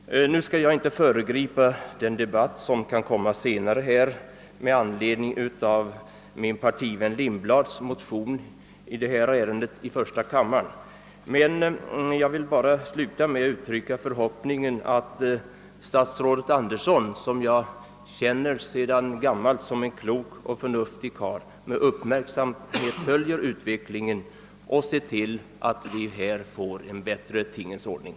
Nu skall jag inte föregripa den debatt som senare kan komma att föras med anledning av den motion som i första kammaren väckts av min partivän Hans Lindblad. Men jag vill uttrycka förhoppningen att statsrådet Andersson, som jag sedan gammalt känner som en klok och förnuftig karl, med uppmärksamhet följer utvecklingen och ser till att det blir en bättre tingens ordning.